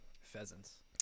Pheasants